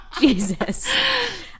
jesus